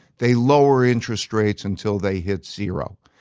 they lower interest rates until they hit zero.